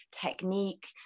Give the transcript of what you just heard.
technique